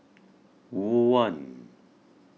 one